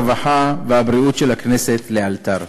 הרווחה והבריאות של הכנסת לאלתר.